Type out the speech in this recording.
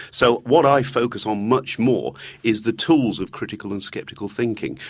so what i focus on much more is the tools of critical and skeptical thinking.